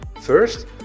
First